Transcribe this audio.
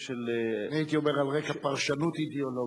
אני הייתי אומר על רקע פרשנות אידיאולוגית,